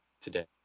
today